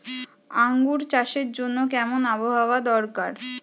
আঙ্গুর চাষের জন্য কেমন আবহাওয়া দরকার?